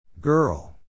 Girl